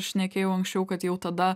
šnekėjau anksčiau kad jau tada